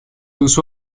usó